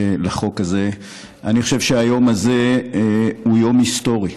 אני חושב שהיום הזה הוא יום היסטורי.